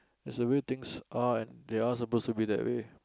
that's the way things are and are supposed to be that way